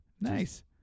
Nice